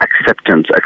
acceptance